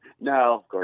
No